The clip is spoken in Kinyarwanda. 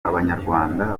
abanyarwanda